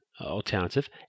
alternative